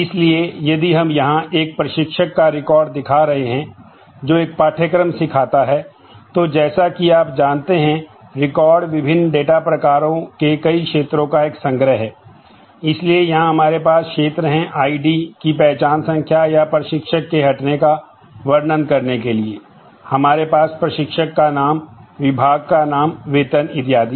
इसलिए यदि हम यहां एक प्रशिक्षक का रिकॉर्ड की पहचान संख्या या प्रशिक्षक के हटने का वर्णन करने के लिए हमारे पास प्रशिक्षक का नाम विभाग का नाम वेतन इत्यादि